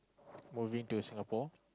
moving to Singapore